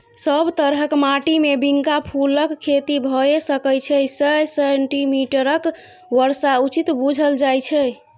सब तरहक माटिमे बिंका फुलक खेती भए सकै छै सय सेंटीमीटरक बर्षा उचित बुझल जाइ छै